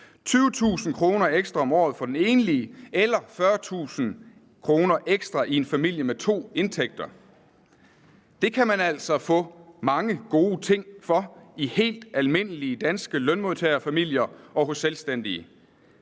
20.000 kr. ekstra om året for den enlige eller 40.000 kr. ekstra i en familie med to indtægter. Det kan man altså få mange gode ting for i helt almindelige danske lønmodtagerfamilier og hos selvstændige.